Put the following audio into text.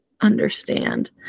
understand